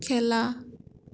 খেলা